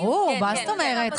כן, ברור, מה זאת אומרת?